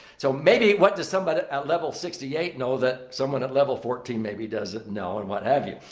so, maybe what does somebody at level sixty eight know that someone at level fourteen maybe doesn't know and what have you?